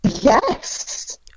Yes